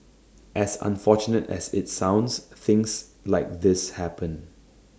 as unfortunate as IT sounds things like this happen